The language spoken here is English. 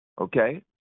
okay